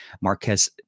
Marquez